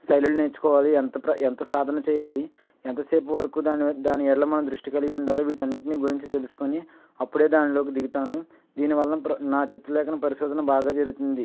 శైలులు నేర్చుకోవాలి ఎంత ప్ర ఎంత సాధన చేయాలి ఎంతసేపు వరకు దానిదాని ఎడల మనం దృష్టి కలిగి ఉండాలి వీటి అన్నింటిని గురించి తెలుసుకొని అప్పుడు దానిలోకి దిగుతాను దీని వల్ల బ్ర నా చిత్రలేఖన పరిశోధన బాగా జరుగుతుంది